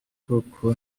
ukuboko